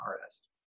artist